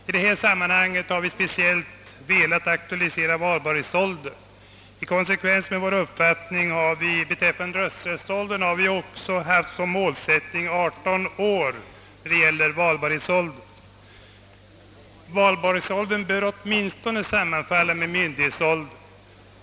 I detta sammanhang har vi speciellt velat aktualisera valbarhetsåldern, och i konsekvens med vår uppfattning beträffande rösträttsåldern har vi härvidlag uppställt 18 år som mål. Valbarhetsåldern bör åtminstone sammanfalla med myndighetsåldern.